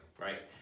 Right